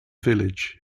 village